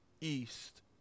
East